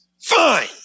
Fine